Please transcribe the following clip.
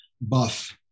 buff